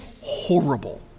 horrible